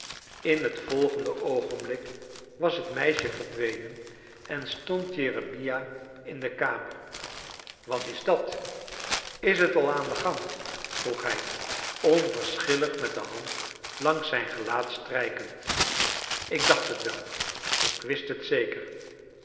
in het volgende oogenblik was het meisje verdwenen en stond jeremia in de kamer wat is dat is het al aan den gang vroeg hij onverschillig met de hand langs zijn gelaat strijkend ik dacht het wel ik wist het zeker